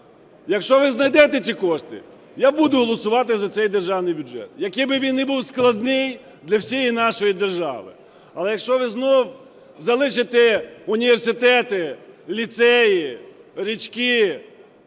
Якщо ви знайдете ці кошти, я буду голосувати за цей Державний бюджет, який би він не був складний для всієї нашої держави. Але якщо ви знов залишите університети, ліцеї, річки